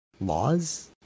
laws